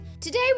today